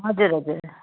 हजुर हजुर